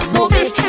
Movie